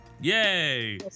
Yay